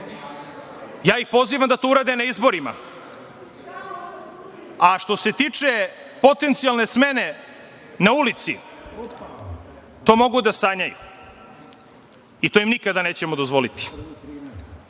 Ja ih pozivam da to urade na izborima, a što se tiče potencijalne smene na ulici, to mogu da sanjaju, i to im nikada nećemo dozvoliti.